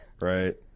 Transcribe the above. right